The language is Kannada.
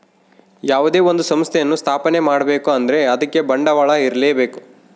ಯಾವುದೇ ಒಂದು ಸಂಸ್ಥೆಯನ್ನು ಸ್ಥಾಪನೆ ಮಾಡ್ಬೇಕು ಅಂದ್ರೆ ಅದಕ್ಕೆ ಬಂಡವಾಳ ಇರ್ಲೇಬೇಕು